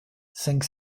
cinq